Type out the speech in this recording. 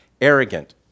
Arrogant